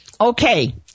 Okay